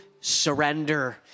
surrender